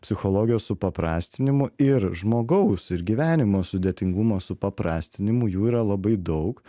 psichologijos supaprastinimų ir žmogaus ir gyvenimo sudėtingumo supaprastinimų jų yra labai daug